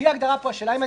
אסביר.